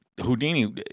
Houdini